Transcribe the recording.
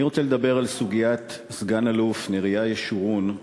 אני רוצה לדבר על סוגיית סגן-אלוף נריה ישורון,